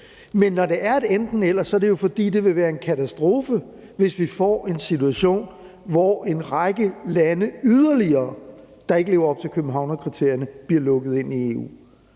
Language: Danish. Men når det er et enten-eller, så er det jo, fordi det vil være en katastrofe, hvis vi får en situation, hvor en række yderligere lande, der ikke lever op til Københavnerkriterierne, bliver lukket ind i EU.